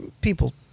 People